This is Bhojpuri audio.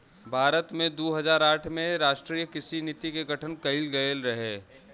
भारत में दू हज़ार आठ में राष्ट्रीय कृषि नीति के गठन कइल गइल रहे